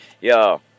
Yo